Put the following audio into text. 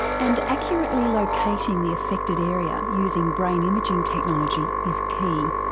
and accurately locating the affected area using brain imaging technology is key.